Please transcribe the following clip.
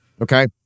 okay